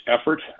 effort